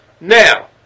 Now